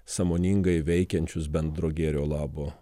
sąmoningai veikiančius bendro gėrio labo